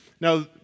now